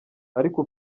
ariko